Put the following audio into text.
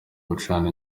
gucana